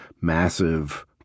Massive